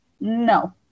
No